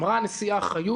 אמרה הנשיאה חיות